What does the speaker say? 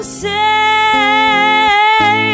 say